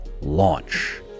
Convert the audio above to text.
launch